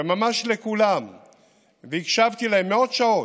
וממש לכולם הקשבתי מאות שעות,